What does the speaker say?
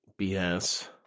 BS